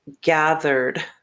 gathered